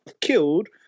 killed